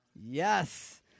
Yes